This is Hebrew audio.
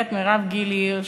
ולגברת מירב גילי הירש.